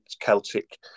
Celtic